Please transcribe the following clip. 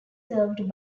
served